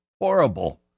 Horrible